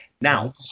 Now